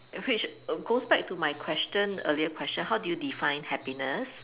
which err back to my question earlier question how do you define happiness